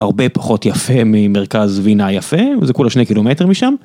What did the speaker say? הרבה פחות יפה ממרכז וינה יפה וזה כולה שני קילומטרים משם.